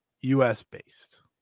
US-based